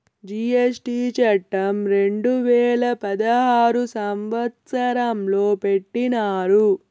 GST చట్టం రెండు వేల పదహారు సంవత్సరంలో పెట్టినారు